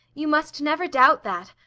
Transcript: you must never doubt that.